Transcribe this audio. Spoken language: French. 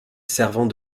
servant